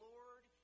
Lord